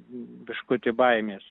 biškutį baimės